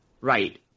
right